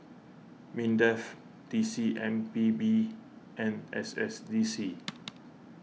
Mindef T C M P B and S S D C